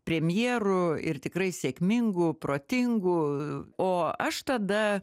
premjeru ir tikrai sėkmingu protingu o aš tada